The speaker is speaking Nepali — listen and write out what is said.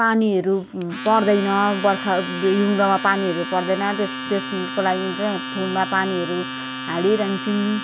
पानीहरू पर्दैन बर्खा हिउँदमा पानीहरू पर्दैन त्यस त्यसको लागि चाहिँ फुलमा पानीहरू हालिरहन्छौँ